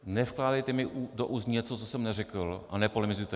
Nevkládejte mi do úst něco, co jsem neřekl, a nepolemizujte.